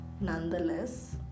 nonetheless